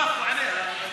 בקואליציה תומכים בך.